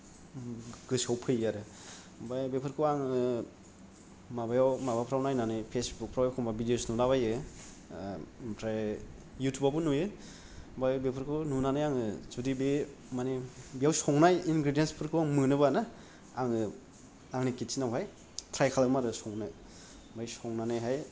गोसोआव फैयो आरो आमफ्राय बेफोरखौ आङो माबायाव माबाफ्राव नायनानै फेसबुकफ्राव एख'नबा भिडिअस नुलाबायो ओमफ्राय इउटुबआवबो नुयो ओमफ्राय बेफोरखौ नुनानै आङो जुदि बे मानि बेयाव संनाय इनग्रेडिएन्टसफोरखौ आं मोनोबानो आङो आंनि किटचेनावहाय ट्राय खालामो आरो संनो ओमफ्राय संनानैहाय